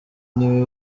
niwe